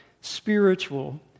spiritual